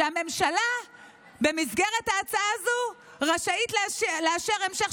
שהממשלה במסגרת ההצעה הזו רשאית לאשר המשך